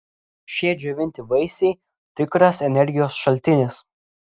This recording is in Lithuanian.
šie džiovinti vaisiai tikras energijos šaltinis